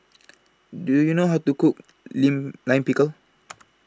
Do YOU know How to Cook Lim Lime Pickle